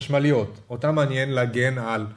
שמליות, אותם מעניין לגן על.